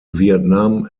vietnam